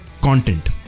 content